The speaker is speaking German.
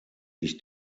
ich